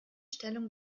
stellung